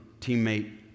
teammate